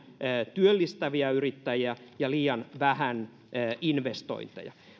työllistäviä yrittäjiä ja liian vähän investointeja